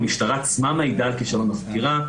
המשטרה עצמה מעידה על כשלון בחקירה,